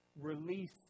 release